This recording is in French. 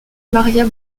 maria